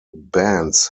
bands